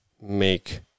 make